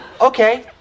Okay